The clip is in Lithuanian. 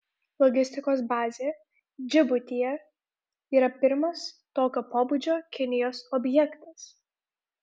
logistikos bazė džibutyje yra pirmas tokio pobūdžio kinijos objektas